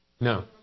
No